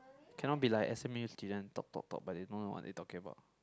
cannot be like s_m_u student talk talk talk but they don't know what they talking about